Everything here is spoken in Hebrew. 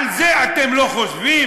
על זה אתם לא חושבים?